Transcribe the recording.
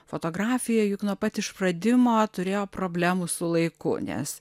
fotografija juk nuo pat išradimo turėjo problemų su laiku nes